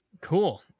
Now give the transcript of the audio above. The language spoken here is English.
Cool